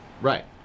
Right